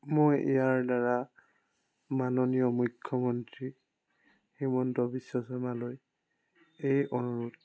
মই ইয়াৰ দ্বাৰা মাননীয় মুখ্যমন্ত্ৰী হিমন্ত বিশ্ব শৰ্মালৈ এই অনুৰোধ